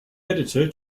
editor